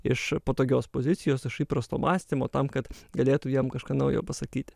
iš patogios pozicijos iš įprasto mąstymo tam kad galėtų jam kažką naujo pasakyti